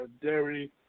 dairy